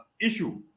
issue